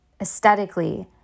aesthetically